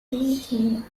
linking